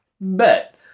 bet